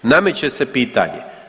Nameće se pitanje.